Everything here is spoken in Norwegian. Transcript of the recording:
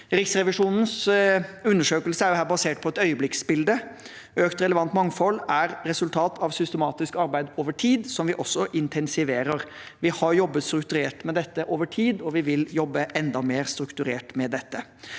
Riksrevisjonens undersøkelse er her basert på et øyeblikksbilde. Økt relevant mangfold er resultat av systematisk arbeid over tid, noe vi også intensiverer. Vi har jobbet strukturert med dette over tid, og vi vil jobbe enda mer strukturert med dette.